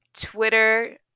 Twitter